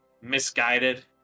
misguided